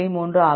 3 ஆகும்